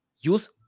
use